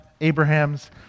Abraham's